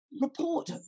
report